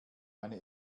eine